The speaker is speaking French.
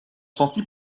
senti